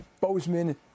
Bozeman